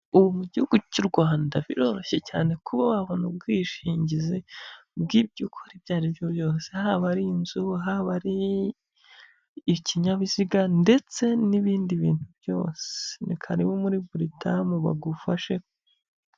Ubu mu gihugu cy'u Rwanda biroroshye cyane kuba wabona ubwishingizi bw'ibyo ukora ibyo ari byo byose, haba ari inzu, haba ari ikinyabiziga ndetse n'ibindi bintu byose, ni karibu muri Britam bagufashe.